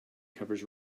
covers